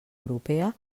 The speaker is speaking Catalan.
europea